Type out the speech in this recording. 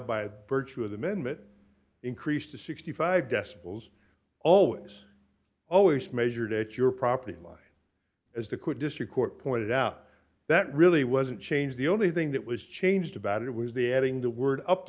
by virtue of the men that increase to sixty five decibels always always measured at your property line as the quote district court pointed out that really wasn't change the only thing that was changed about it was the adding the word up